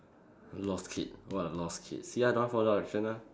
lost kid what a lost kid see ah don't want follow direction lah